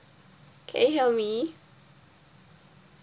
can you hear me